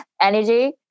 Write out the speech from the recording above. energy